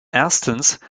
erstens